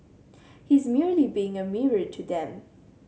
he's merely being a mirror to them